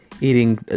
eating